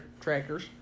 Trackers